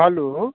hello